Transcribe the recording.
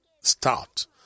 start